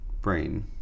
brain